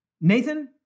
Nathan